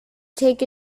take